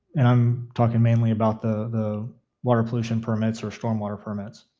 and i'm talking mainly about the water pollution permits or storm water permits.